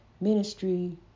Ministry